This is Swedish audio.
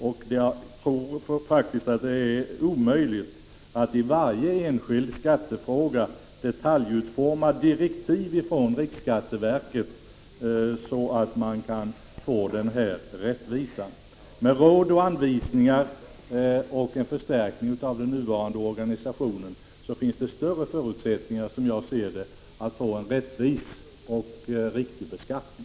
Jag tror faktiskt att det är omöjligt att i varje enskild skattefråga detaljutforma direktiv från riksskatteverket så att man kan få denna rättvisa. Med råd och anvisningar och en förstärkning av nuvarande organisation finns det, som jag ser det, större förutsättningar att få en rättvis och riktig beskattning.